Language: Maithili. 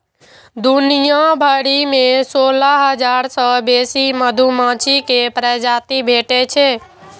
दुनिया भरि मे सोलह हजार सं बेसी मधुमाछी के प्रजाति भेटै छै